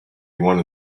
one